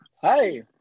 Hi